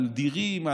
על דירים,